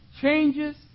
changes